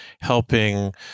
helping